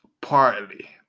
partly